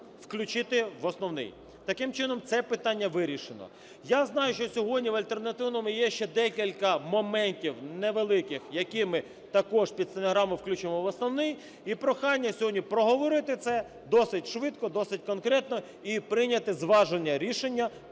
включити в основний. Таким чином, це питання вирішено. Я знаю, що сьогодні в альтернативному є ще декілька моментів невеликих, які ми, також під стенограму, включимо в основний. І прохання сьогодні проговорити це досить швидко, досить конкретно і прийняти зважене рішення